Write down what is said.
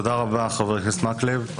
תודה רבה, חבר הכנסת מקלב.